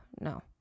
No